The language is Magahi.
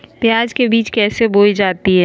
प्याज के बीज कैसे बोई जाती हैं?